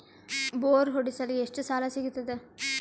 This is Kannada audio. ಬೋರ್ ಹೊಡೆಸಲು ಎಷ್ಟು ಸಾಲ ಸಿಗತದ?